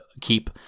keep